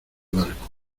barco